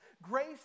Grace